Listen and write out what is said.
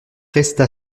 resta